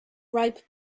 ripe